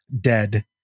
dead